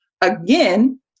Again